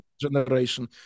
generation